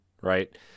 right